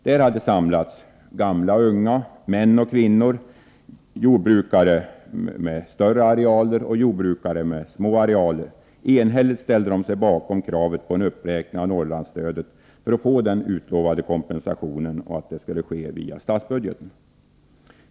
Där hade samlats gamla och unga, män och kvinnor, jordbrukare med stora arealer och jordbrukare med små arealer. Enhälligt ställde de sig bakom kravet på en uppräkning av Norrlandsstödet för att få den utlovade kompensationen, och de begärde att detta skulle ske via statsbudgeten.